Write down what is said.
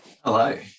Hello